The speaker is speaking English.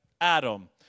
Adam